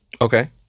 okay